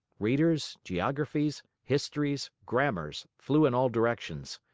readers, geographies, histories, grammars flew in all directions.